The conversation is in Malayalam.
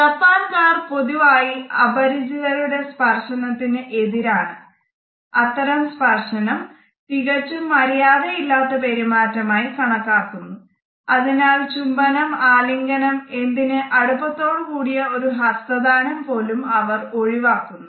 ജപ്പാൻകാർ പൊതുവായി അപരിചിതരുടെ സ്പർശനത്തിന് എതിരാണ് അത്തരം സ്പർശനം തികച്ചും മര്യാദ ഇല്ലാത്ത പെരുമാറ്റം ആയി കണക്കാക്കുന്നു അതിനാൽ ചുംബനം ആലിംഗനം എന്തിന് അടുപ്പത്തോട് കൂടിയ ഒരു ഹസ്തദാനം പോലും അവർ ഒഴിവാക്കുന്നു